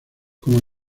como